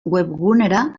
webgunera